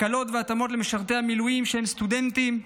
הקלות והתאמות למשרתי מילואים שהם סטודנטים,